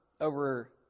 over